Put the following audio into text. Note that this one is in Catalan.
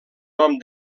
nom